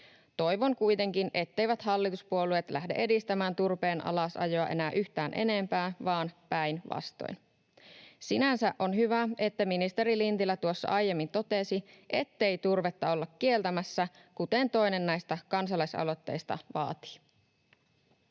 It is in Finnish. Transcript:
Toivon kuitenkin, etteivät hallituspuolueet lähde edistämään turpeen alasajoa enää yhtään enempää, vaan päinvastoin. Sinänsä on hyvä, että ministeri Lintilä tuossa aiemmin totesi, ettei turvetta olla kieltämässä, kuten toinen näistä kansalaisaloitteista vaatii.